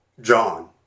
John